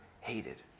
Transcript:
hated